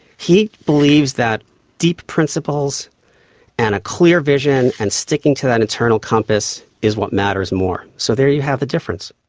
he believes that deep principles and a clear vision and sticking to that internal compass is what matters more, so there you have the difference.